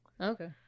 Okay